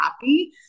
happy